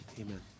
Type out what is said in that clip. amen